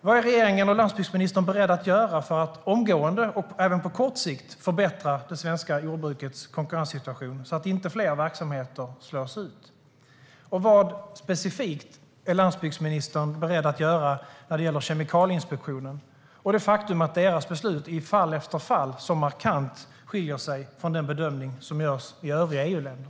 Vad är regeringen och landsbygdsministern beredda att göra för att omgående och även på kort sikt förbättra det svenska jordbrukets konkurrenssituation, så att inte fler verksamheter slås ut? Vad specifikt är landsbygdsministern beredd att göra när det gäller Kemikalieinspektionen och det faktum att deras beslut i fall efter fall så markant skiljer sig från den bedömning som görs i övriga EU-länder?